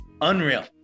Unreal